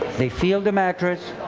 they feel the mattress.